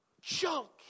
junk